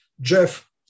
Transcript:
Jeff